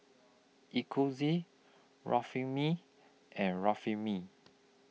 Eucerin Remifemin and Remifemin